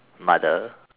mother